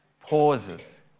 pauses